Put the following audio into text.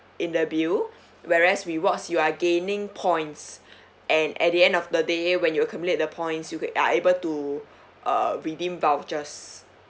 in the bill whereas rewards you are gaining points and at the end of the day when you collect the points you are able to uh redeem vouchers